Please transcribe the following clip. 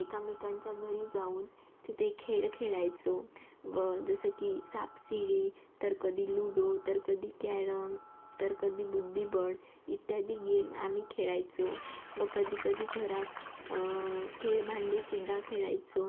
एकमेकांच्या घरी जाऊन तिथे खेळ खेळायचो व जसं की सापसिडी तर कधी लूडो तर कधी कॅरम तर कधी बुद्धीबळ इत्यादी गेम आम्ही खेळायचो व कधी कधी घरात खेळभांडेसुद्धा खेळायचो